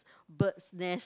bird nest